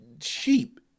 sheep